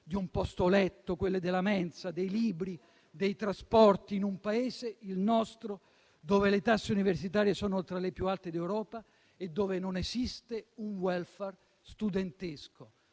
di un posto letto, quelle della mensa, dei libri, dei trasporti, in un Paese come il nostro dove le tasse universitarie sono tra le più alte d'Europa e dove non esiste un *welfare* studentesco.